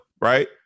right